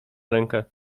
rękę